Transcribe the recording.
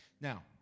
Now